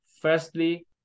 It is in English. firstly